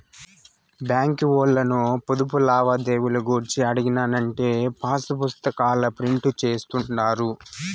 బాంకీ ఓల్లను పొదుపు లావాదేవీలు గూర్చి అడిగినానంటే పాసుపుస్తాకాల ప్రింట్ జేస్తుండారు